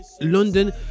london